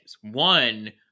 One